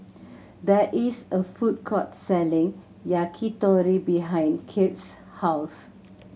there is a food court selling Yakitori behind Kirt's house